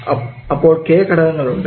അപ്പോൾ k ഘടകങ്ങളുണ്ട്